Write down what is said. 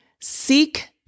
Seek